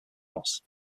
dense